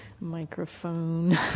microphone